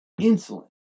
insulin